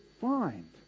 find